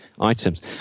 items